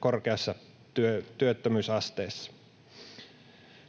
korkeassa työttömyysasteessa.